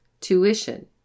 Tuition